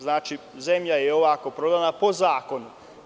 Znači, zemlja je prodata po zakonu.